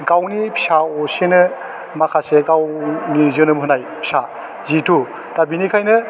गावनि फिसा असेनो माखासे गावनि जोनोम होनाय फिसा जिथु दा बिनिखायनो